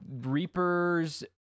Reaper's